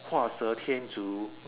画蛇添足